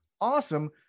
awesome